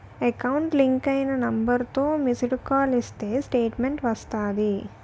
account link అయిన నెంబర్తో missed call ఇస్తే స్టేట్మెంటు వస్తాది